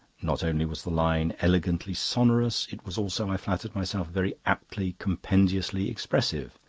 not only was the line elegantly sonorous it was also, i flattered myself, very aptly compendiously expressive.